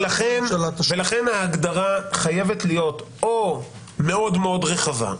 ולכן ההגדרה חייבת להיות או מאוד מאוד רחבה,